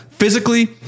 Physically